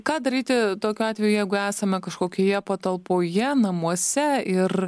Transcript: ką daryti tokiu atveju jeigu esame kažkokioje patalpoje namuose ir